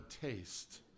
taste